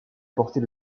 porter